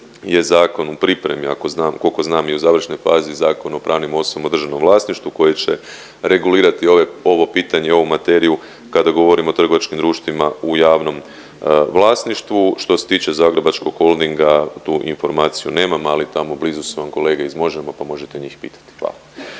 je zakon u pripremi ako znam, kolko znam i u završnoj fazi Zakon o pravnim osobama u državnom vlasništvu koje će regulirati ovo pitanje, ovu materiju kada govorimo o trgovačkim društvima u javnom vlasništvu. Što se tiče Zagrebačkog Holdinga, tu informaciju nemam, ali tamo blizu su vam kolege iz Možemo!, pa možete njih pitati, hvala.